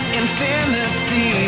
infinity